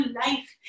life